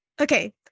Okay